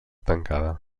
tancada